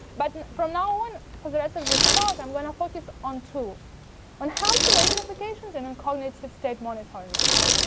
but from now on, for the rest of this talk, i'm going to focus on two on health-related applications and on cognitive state monitoring ones.